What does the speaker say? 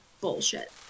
bullshit